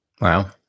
Wow